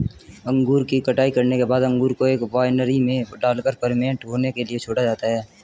अंगूर की कटाई करने के बाद अंगूर को एक वायनरी में डालकर फर्मेंट होने के लिए छोड़ा जाता है